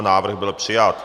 Návrh byl přijat.